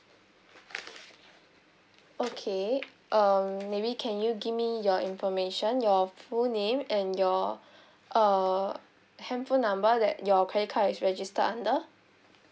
okay um maybe can you give me your information your full name and your uh handphone number that your credit card is registered under